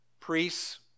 priests